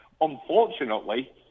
Unfortunately